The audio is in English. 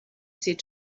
said